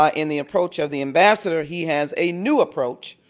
ah in the approach of the ambassador, he has a new approach.